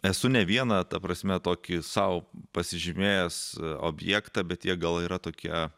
esu ne vieną ta prasme tokį sau pasižymėjęs objektą bet jie gal yra tokie